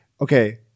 okay